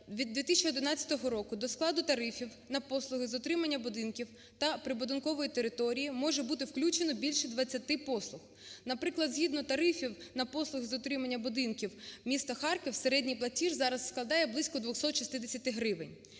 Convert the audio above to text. від 2011 року до складу тарифів на послуги з утримання будинків та прибудинкової території, може бути включено більше 20 послуг. Наприклад, згідно тарифів на послуги з утримання будинків міста Харкова середній платіж зараз складає близько 260 гривень.